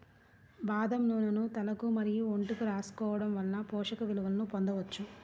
బాదం నూనెను తలకు మరియు ఒంటికి రాసుకోవడం వలన పోషక విలువలను పొందవచ్చు